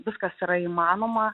viskas yra įmanoma